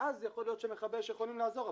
ואז יכול להיות שמכבי אש יכולים לעזור,